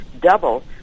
double